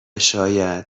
شاید